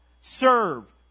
serve